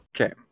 Okay